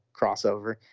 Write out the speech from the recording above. crossover